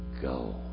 go